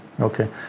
Okay